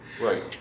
Right